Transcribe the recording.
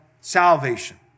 salvation